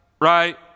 right